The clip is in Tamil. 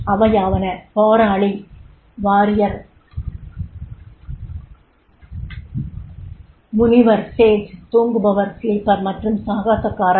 அவையாவன போராளி முனிவர் தூங்குபவர் மற்றும் சாகசக்காரர்